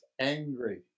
angry